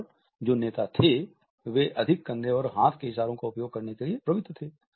और जो नेता थे वे अधिक कंधे और हाथ के इशारों का उपयोग करने के लिए प्रवृत्त थे